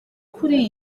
kuri